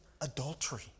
adultery